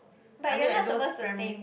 I mean like those primary